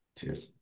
Cheers